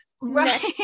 Right